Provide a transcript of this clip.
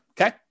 Okay